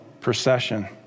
procession